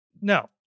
no